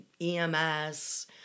EMS